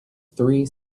three